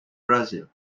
brazil